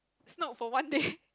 snowed for one day